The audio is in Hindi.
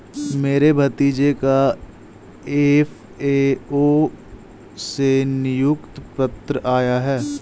मेरे भतीजे का एफ.ए.ओ से नियुक्ति पत्र आया है